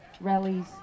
rallies